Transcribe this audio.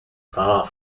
far